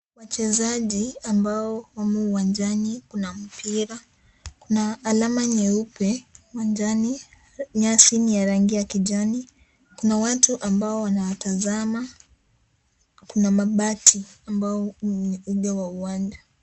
Wachezaji ambao wamo uwanjani. Kuna Mpira, kuna alama nyeupe uwanjani. Nyasi ni ya rangi ya kijani. Kuna watu ambao wanawatazama. Kuna mabati ambao ni uga wa uwanja.